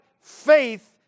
faith